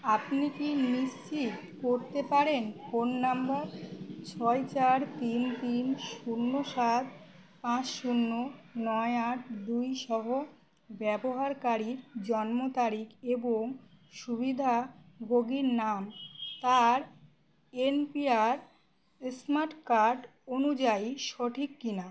আপনি কি নিশ্চিত করতে পারেন ফোন নাম্বার ছয় চার তিন তিন শূন্য সাত পাঁচ শূন্য নয় আট দুইসহ ব্যবহারকারীর জন্ম তারিখ এবং সুবিধাভোগীর নাম তার N P R smart card অনুযায়ী সঠিক কিনা